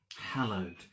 hallowed